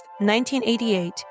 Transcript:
1988